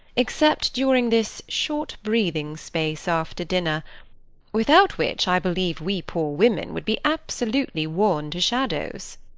except during this short breathing space after dinner without which i believe we poor women would be absolutely worn to shadows.